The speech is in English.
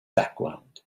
background